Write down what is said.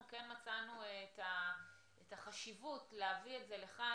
כן מצאנו את החשיבות להביא את זה לכאן,